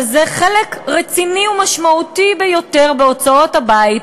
וזה חלק רציני ומשמעותי ביותר בהוצאות הבית.